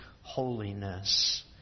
holiness